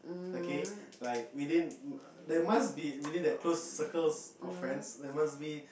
okay like within there must be within that close circle of friends there must be